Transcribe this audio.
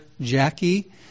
Jackie